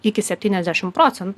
iki septyniasdešimt procentų